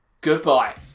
goodbye